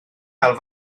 cael